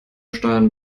steuern